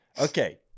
okay